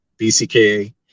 BCKA